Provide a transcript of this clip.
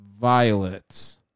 violets